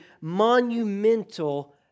monumental